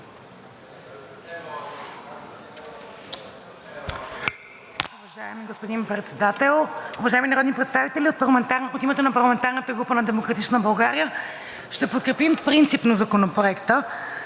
Уважаеми господин Председател, уважаеми народни представители! От името на парламентарната група на „Демократична България“ ще подкрепим принципно Законопроекта